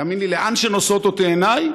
תאמין לי: לאן שנושאות אותי עיני,